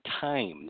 times